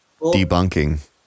debunking